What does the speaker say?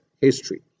history